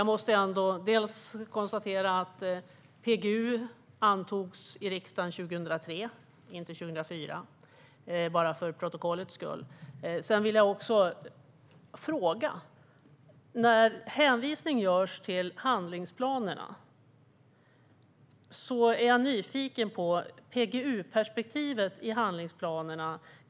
Jag måste ändå, bara för protokollets skull, konstatera att PGU antogs i riksdagen 2003, inte 2004. Jag har också en fråga. Med tanke på att hänvisning görs till handlingsplanerna är jag nyfiken på PGU-perspektivet i handlingsplanerna.